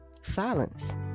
silence